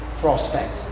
prospect